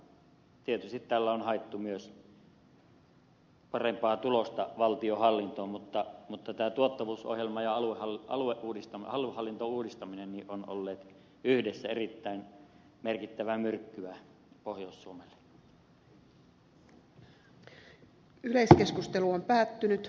tietysti tällä on haettu myös parempaa tulosta valtionhallintoon mutta tämä tuottavuusohjelma ja aluehallinnon uudistaminen ovat olleet yhdessä erittäin merkittävää myrkkyä pohjois suomelle